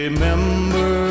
Remember